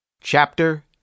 Chapter